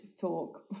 talk